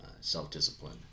self-discipline